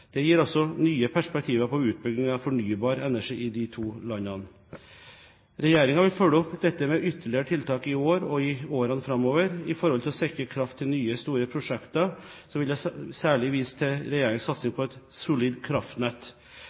Det gir nye perspektiver på utbyggingen av fornybar energi i de to landene. Regjeringen vil følge opp dette med ytterligere tiltak i år og i årene framover. Når det gjelder å sikre kraft til nye store prosjekter, vil jeg særlig vise til regjeringens satsing på et solid kraftnett.